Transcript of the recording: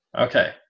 Okay